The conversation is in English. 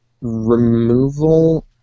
removal